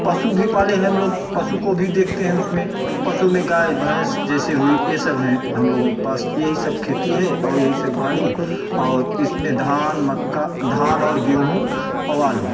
पशु भी पाले हैं हम लोग पशु को भी देखते हैं उसमें पशु में गाय भैंस जैसे हुई यह सब हैं हम लोगों के पास यही सब खेती है और यही सब बाड़ी और इसमें धान मक्का धान और गेहूँ और आलू